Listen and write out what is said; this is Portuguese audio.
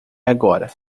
agora